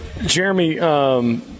Jeremy